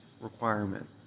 requirement